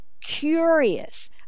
curious